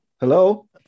Hello